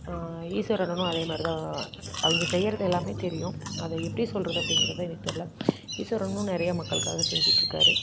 ஈஸ்வரன் அண்ணனும் அதே மாதிரி தான் அவங்க செய்யுறது எல்லாமே தெரியும் அதை எப்படி சொல்கிறது அப்படிங்கிறது எனக்கு தெரில ஈஸ்வரனும் நிறைய மக்களுக்காக செஞ்சுட்டு இருக்காரு